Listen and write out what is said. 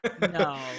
No